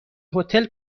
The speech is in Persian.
هتل